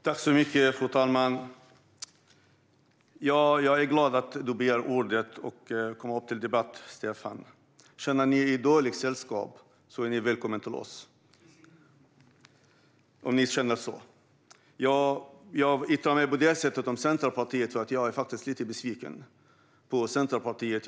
Fru talman! Jag är glad att du begär ordet och kommer till debatt, Staffan. Känner ni att ni är i dåligt sällskap är ni välkomna till oss. Jag yttrar mig på det sättet om er därför att jag faktiskt är lite besviken på Centerpartiet.